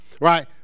Right